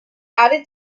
added